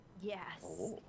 Yes